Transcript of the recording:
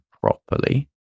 properly